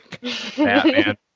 Batman